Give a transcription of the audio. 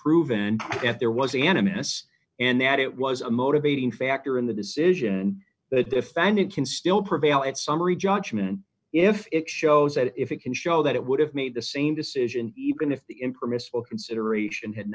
proven that there was an m s and that it was a motivating factor in the decision the defendant can still prevail at summary judgment if it shows that if it can show that it would have made the same decision even if the impermissible consideration had